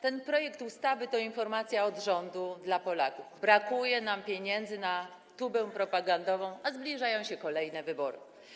Ten projekt ustawy to informacja od rządu dla Polaków: brakuje nam pieniędzy na tubę propagandową, a zbliżają się kolejne wybory.